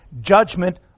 judgment